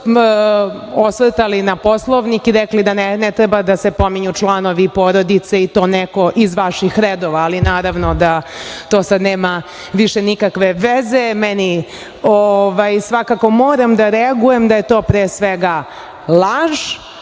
osvrtali na Poslovnik i rekli da ne treba da se pominju članovi porodice i to neko iz vaših redova, ali naravno da to sada nema nikakve veze. Moram da reagujem da je to pre svega laž,